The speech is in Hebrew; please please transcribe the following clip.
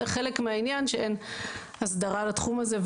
זה חלק מהעניין שאין הסדרה לתחום הזה.